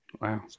wow